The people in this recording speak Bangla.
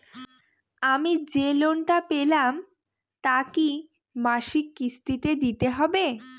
আমি যে লোন টা পেলাম তা কি মাসিক কিস্তি তে দিতে হবে?